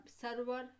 server